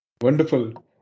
Wonderful